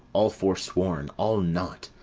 all forsworn, all naught,